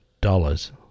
dollars